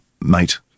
mate